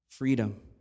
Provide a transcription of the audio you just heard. freedom